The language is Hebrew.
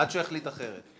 עד שהוא יחליט אחרת.